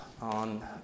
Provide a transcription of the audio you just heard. on